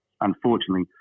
unfortunately